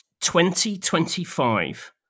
2025